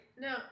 no